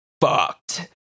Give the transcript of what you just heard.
fucked